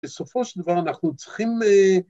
‫בסופו של דבר אנחנו צריכים...